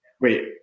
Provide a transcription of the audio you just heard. wait